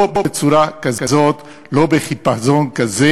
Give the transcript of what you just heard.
לא בצורה כזאת, לא בחיפזון כזה.